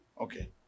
Okay